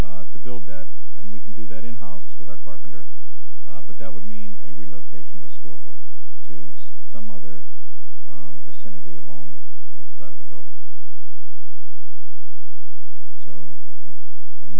to build that and we can do that in house with our carpenter but that would mean a relocation of the scoreboard to some other vicinity along this side of the building so and